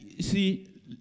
see